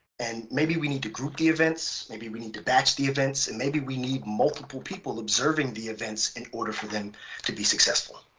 and maybe we need to group the events, maybe we need to batch the events, and maybe we need multiple people observing the events in order for them to be successful.